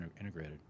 integrated